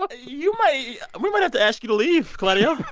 but you might we might have to ask you to leave, claudio.